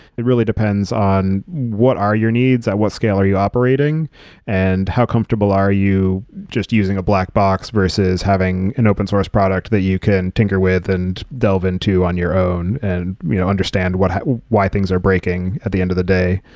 it really depends on what are your needs. at what scale are you operating and how comfortable are you just using a black box versus having an open source product that you can tinker with and delve into on your own and you know understand why things are breaking at the end of the day.